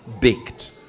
baked